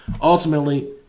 ultimately –